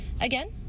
Again